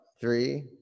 three